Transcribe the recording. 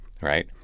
right